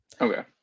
okay